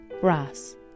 brass